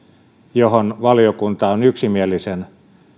johon valiokunta on yksimielisen